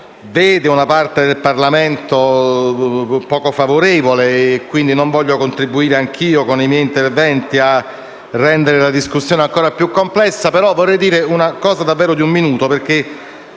vede una parte del Parlamento poco favorevole, dunque non voglio contribuire anch'io con i miei interventi a rendere la discussione ancora più complessa. Ho l'impressione che vi sia un punto